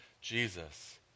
Jesus